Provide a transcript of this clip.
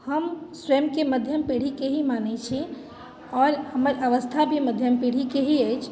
हम स्वयंके मध्यम पीढ़ीके ही मानैत छी आओर हमर अवस्था भी मध्यम पीढ़ीके ही अछि